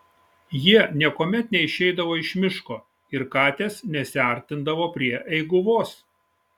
jie niekuomet neišeidavo iš miško ir katės nesiartindavo prie eiguvos